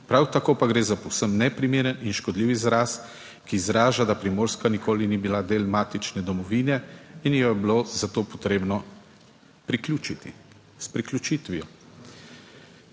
prav tako pa gre za povsem neprimeren in škodljiv izraz, ki izraža da Primorska nikoli ni bila del matične domovine in jo je bilo za to potrebno priključiti, s priključitvijo,